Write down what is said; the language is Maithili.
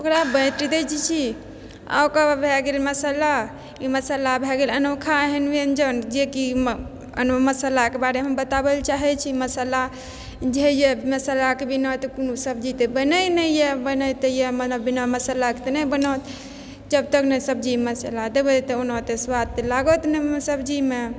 ओकरा बाँटि दैत छी अऽ ओकराबाद भए गेले मसाला ई मसाला भए गेल अनोखा एहन व्यञ्जन जेकि मसालाके बारेमे हम बताबै लअ चाहे छी मसालाजे होइए मसालाके बिना तऽ कोनो सब्जी तऽ बने नहि ये बनैत यऽ मतलब बिना मसालाके तऽ नहि बनत जब तक नहि सब्जीमे मसाला देबै ओना तऽ स्वाद तऽ लागत नहि सब्जीमे